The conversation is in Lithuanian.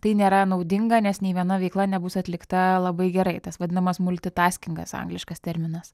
tai nėra naudinga nes nei viena veikla nebus atlikta labai gerai tas vadinamas multitaskingas angliškas terminas